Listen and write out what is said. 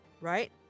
right